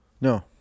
No